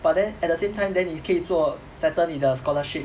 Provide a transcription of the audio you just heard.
but then at the same time then 你可以做 settle 你的 scholarship